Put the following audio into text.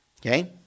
Okay